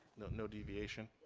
no no deviation?